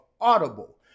Audible